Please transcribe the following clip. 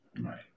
Right